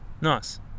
Nice